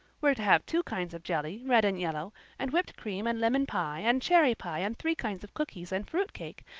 we're to have two kinds of jelly, red and yellow, and whipped cream and lemon pie, and cherry pie, and three kinds of cookies, and fruit cake,